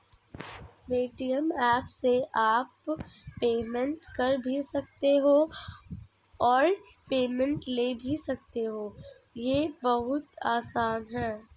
Paytm app से आप payment कर भी सकते हो और पेमेंट ले भी सकते हो, ये बहुत आसान है